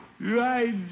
Right